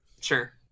Sure